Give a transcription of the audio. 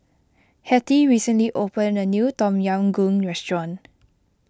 Hettie recently opened a new Tom Yam Goong restaurant